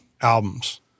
albums